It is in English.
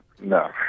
No